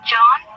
John